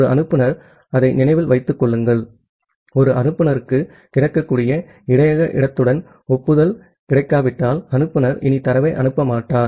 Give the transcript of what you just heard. ஒரு அனுப்புநர் அதை நினைவில் வைத்துக் கொள்ளுங்கள் ஒரு அனுப்புநருக்கு கிடைக்கக்கூடிய இடையக இடத்துடன் ஒப்புதல் கிடைக்காவிட்டால் அனுப்புநர் இனி தரவை அனுப்ப மாட்டார்